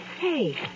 Hey